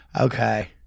Okay